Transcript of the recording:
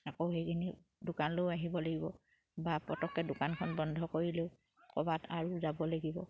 আকৌ সেইখিনি দোকানলেও আহিব লাগিব বা পতককে দোকানখন বন্ধ কৰিলেও ক'বাত আৰু যাব লাগিব